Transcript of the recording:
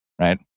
right